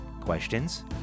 Questions